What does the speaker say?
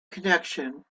connection